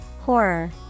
Horror